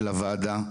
של הוועדה,